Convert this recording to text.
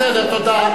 תענו לציבור.